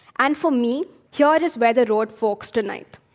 and, for me, here is where the road forks tonight.